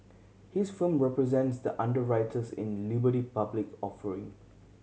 his firm represents the underwriters in Liberty public offering